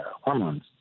hormones